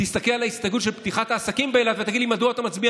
תסתכל על ההסתייגות של פתיחת העסקים באילת ותגיד לי מדוע אתה מצביע